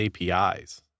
apis